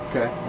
Okay